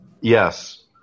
Yes